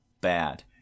bad